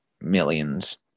millions